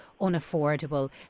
unaffordable